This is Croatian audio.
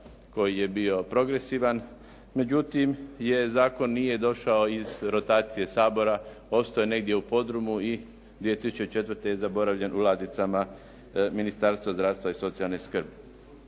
koji je bio progresivan. Međutim, jer zakon nije došao iz rotacije Sabora, ostao je negdje u podrumu i 2004. je zaboravljen u ladicama Ministarstva zdravstva i socijalne skrbi.